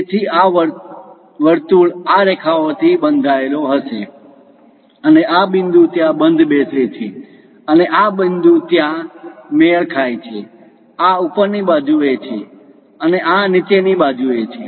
તેથી આ વર્તુળ આ રેખાઓ થી બંધાયેલ હશે અને આ બિંદુ ત્યાં બંધબેસે છે અને આ બિંદુ ત્યાં મેળ ખાય છે આ ઉપરની બાજુએ છે આ નીચેની બાજુએ છે